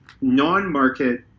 non-market